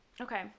Okay